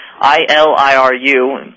I-L-I-R-U